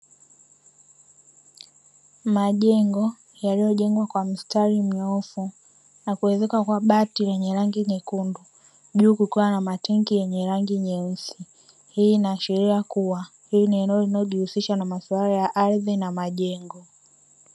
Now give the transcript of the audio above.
Majengo yaliyojengwa kwa mstari mnyoofu na kuezekwa kwa bati lenye rangi nyekundu juu kukiwa na matenki yenye rangi nyeusi, hii inaashiria kuwa hili ni eneo linalojihusisha na maswala ya ardhi na majengo.